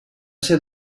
ser